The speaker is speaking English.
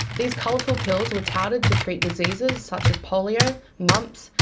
these colourful pills were touted to treat diseases such as polio, mumps,